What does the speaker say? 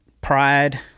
pride